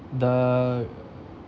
the err